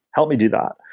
help me do that.